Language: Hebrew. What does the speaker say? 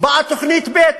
באה תוכנית ב',